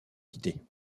quitter